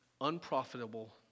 unprofitable